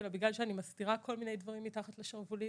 אלא בגלל שאני מסתירה כל מיני דברים מתחת לשרוולים.